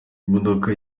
imodoka